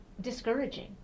discouraging